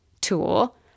tool